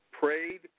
prayed